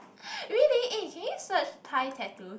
really eh can you search thigh tattoos